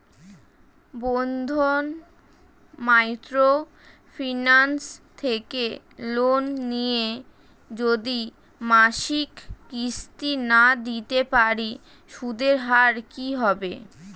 বন্ধন micro finance থেকে loan নিয়ে যদি মাসিক কিস্তি না দিতে পারি সুদের হার কি হবে?